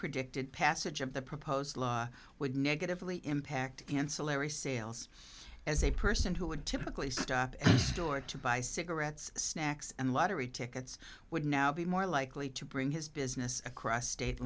predicted passage of the proposed law would negatively impact the ancillary sales as a person who would typically stop any store to buy cigarettes snacks and lottery tickets would now be more likely to bring his business across state